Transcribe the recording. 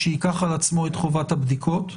שייקח על עצמו את חובת הבדיקות.